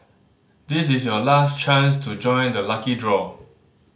this is your last chance to join the lucky draw